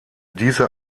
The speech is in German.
diese